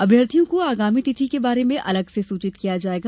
अभ्यार्थियों को आगामी तिथि के बारे में अलग से सुचित किया जायेगा